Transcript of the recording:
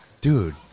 Dude